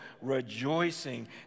rejoicing